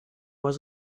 was